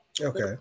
Okay